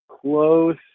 close